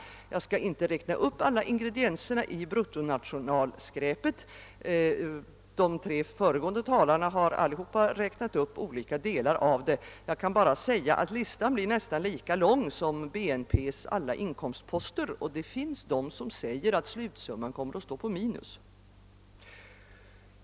Jag skall inte räkna upp alla ingredienserna i >bruttonationalskräpet>. De tre föregående talarna har redovisat olika delar av det. Listan blir emellertid nästan lika lång som bruttonationalproduktens samtliga inkomstposter, och en del säger att slutresultatet är negativt.